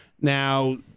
Now